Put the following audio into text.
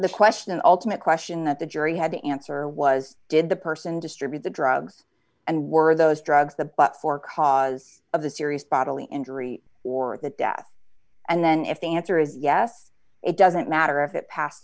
the question and ultimate question that the jury had to answer was did the person distribute the drugs and were those drugs the but for cause of the serious bodily injury or the death and then if the answer is yes it doesn't matter if it pass